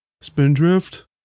Spindrift